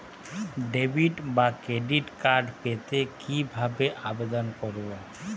Debit বা credit card পেতে কি ভাবে আবেদন করব?